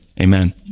Amen